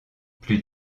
plus